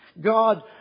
God